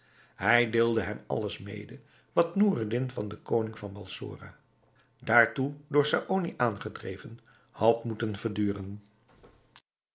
hij deelde hem alles mede wat noureddin van den koning van balsora daartoe door saony aangedreven had moeten verduren